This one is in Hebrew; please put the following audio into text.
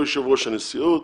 הוא יושב-ראש הנשיאות,